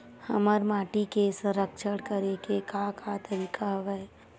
हमर माटी के संरक्षण करेके का का तरीका हवय?